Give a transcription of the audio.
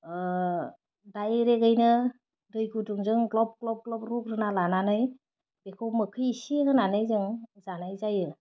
डाइरेक्टगैनो दै गुदुंजों ग्लब ग्लब ग्लब रुग्रोना लानानै बेखौ मोखै एसे होनानै जों जानाय जायो